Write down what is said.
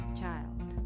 child